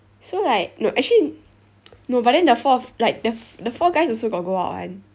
so like no actually no but then the four of like the the four guys also got go out [one]